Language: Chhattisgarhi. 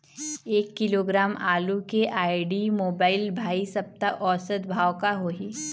एक किलोग्राम आलू के आईडी, मोबाइल, भाई सप्ता औसत भाव का होही?